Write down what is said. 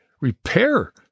repair